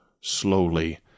slowly